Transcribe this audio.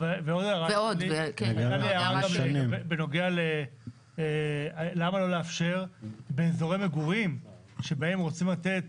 --- והייתה הערה בנוגע של למה לא לאפשר באזורי מגורים שבהם רוצים לתת